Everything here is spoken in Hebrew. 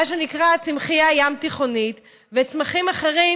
מה שנקרא צמחייה ים-תיכונית וצמחים אחרים,